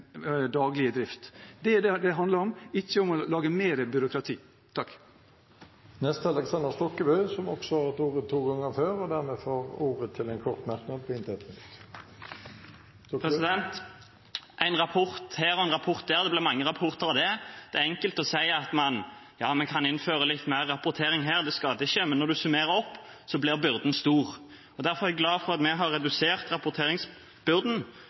daglige drift. Det er det det handler om, ikke om å lage mer byråkrati. Representanten Aleksander Stokkebø har hatt ordet to ganger tidligere og får ordet til en kort merknad, begrenset til 1 minutt. En rapport her og en rapport der – det blir mange rapporter av det. Det er enkelt å si at man kan innføre litt mer rapportering her, det skader ikke, men når man summerer opp, blir byrden stor. Derfor er jeg glad for at vi har redusert